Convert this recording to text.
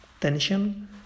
tension